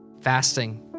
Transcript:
Fasting